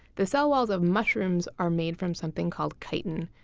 the cell walls of mushrooms are made from something called chitin,